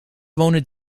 wonen